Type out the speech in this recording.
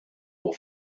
your